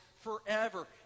forever